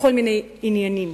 בכל מיני עניינים.